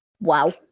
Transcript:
Wow